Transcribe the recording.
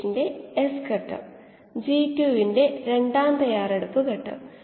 ചുരുക്കത്തിൽ ആക്കുന്നതിനു വേണ്ടി ഉപയോഗിക്കാം